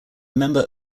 member